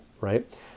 right